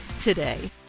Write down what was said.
today